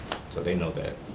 so they know that.